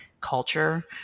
culture